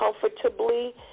comfortably